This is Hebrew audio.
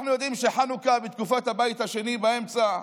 אנחנו יודעים שחנוכה, בתקופת הבית השני, באמצע,